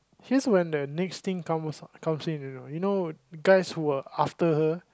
here's when the next thing comes comes in you know you know guys who were after her